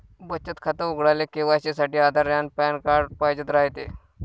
बचत खातं उघडाले के.वाय.सी साठी आधार अन पॅन कार्ड पाइजेन रायते